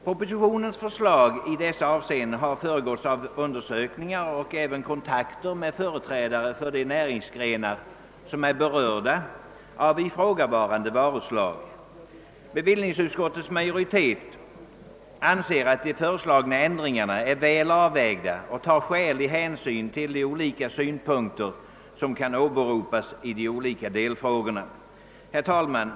Propositionen har föregåtts av undersökningar och kontakter med företrädare för de näringsgrenar som är berörda av ifrågavarande varuslag. Bevillningsutskottets majoritet anser att de föreslagna ändringarna är väl avvägda och tar skälig hänsyn till de olika synpunkter som kan åberopas i de olika delfrågorna.